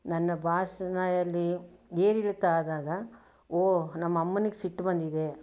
ನನ್ನ ಭಾಷೆ ಅಲ್ಲಿ ಏರಿಳಿತ ಆದಾಗ ಓ ನಮ್ಮ ಅಮ್ಮನಿಗೆ ಸಿಟ್ಟು ಬಂದಿದೆ